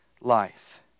life